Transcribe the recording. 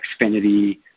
Xfinity